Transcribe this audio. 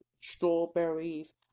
strawberries